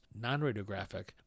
non-radiographic